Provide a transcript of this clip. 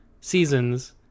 seasons